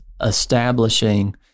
establishing